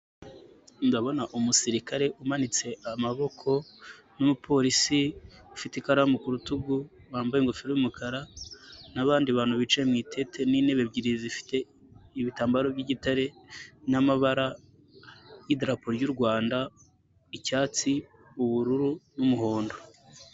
Ndabona umusirikare umanitse amaboko n'umupolisi ufite ikaramu ku rutugu, wambaye ingofero y'umumukara nabandi bantu bicaye mu intente n'intebe ebyiri zifite ibitambaro by'igitare, n'amabara y'idarapo ry'u Rwanda icyatsi, ubururu n'umuhondo.